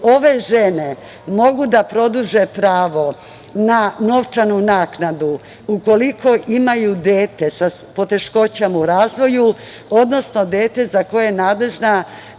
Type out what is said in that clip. Ove žene mogu da produže pravo na novčanu naknadu ukoliko imaju dete sa poteškoćama u razvoju, odnosno dete za koje nadležna